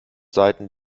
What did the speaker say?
seiten